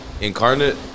Incarnate